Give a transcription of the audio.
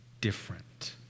different